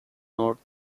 north